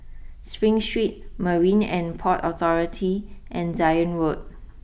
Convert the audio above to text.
Spring Street Marine and Port Authority and Zion Road